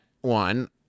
one